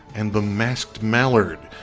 and the masked mallard.